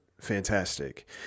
fantastic